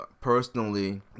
personally